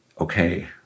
Okay